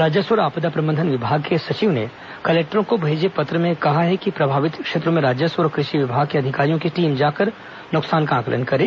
राजस्व और आपदा प्रबंधन विभाग के सचिव ने कलेक्टरों को भेजे पत्र में कहा है कि प्रभावित क्षेत्रों में राजस्व और कृषि विभाग के अधिकारियों की टीम जाकर नुकसान का आंकलन करें